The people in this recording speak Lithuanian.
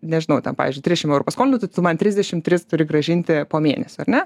nežinau ten pavyzdžiui trišim eurų paskolinau tai tu man trisdešimt tris turi grąžinti po mėnesio ar ne